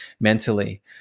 mentally